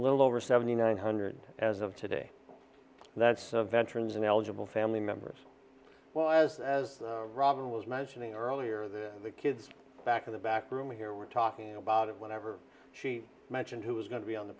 little over seventy nine hundred as of today that's veterans and eligible family members well as as robin was mentioning earlier that the kids back in the back room here were talking about it whenever she mentioned who was going to be on the